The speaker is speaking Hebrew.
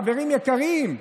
חברים יקרים,